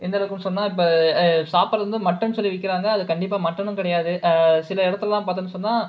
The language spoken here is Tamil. எந்த அளவுக்கு சொன்னால் இப்போ சாப்பிடுறது மட்டேன் சொல்லி விற்கிறாங்க அது கண்டிப்பாக மட்டனும் கிடையாது சில இடத்துல்லாம் பார்த்தோம்னு சொன்னால்